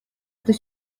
этой